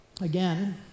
Again